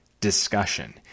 discussion